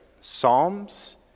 Psalms